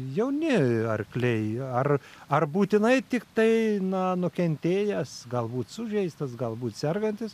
jauni arkliai ar ar būtinai tiktai na nukentėjęs galbūt sužeistas galbūt sergantis